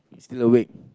still awake